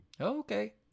Okay